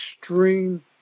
extreme